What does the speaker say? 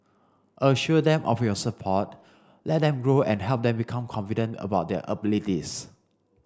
assure them of your support let them grow and help them become confident about their abilities